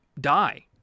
die